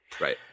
Right